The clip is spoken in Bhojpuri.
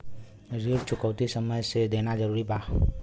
ऋण चुकौती समय से देना जरूरी बा?